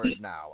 now